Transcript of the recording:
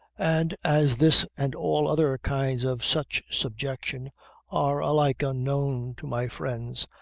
and as this and all other kinds of such subjection are alike unknown to my friends,